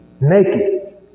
naked